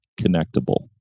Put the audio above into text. connectable